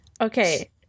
Okay